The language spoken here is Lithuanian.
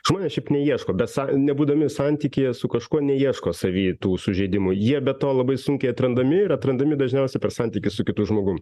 žmonės šiaip neieško bet san nebūdami santykyje su kažkuo neieško savy tų sužeidimų jie be to labai sunkiai atrandami ir atrandami dažniausiai per santykį su kitu žmogum